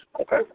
Okay